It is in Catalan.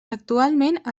actualment